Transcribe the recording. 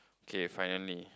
okay finally